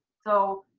so,